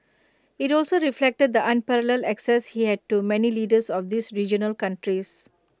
IT also reflected the unparalleled access he had to many leaders of these regional countries